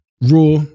raw